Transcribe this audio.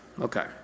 okay